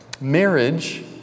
marriage